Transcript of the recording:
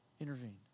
intervened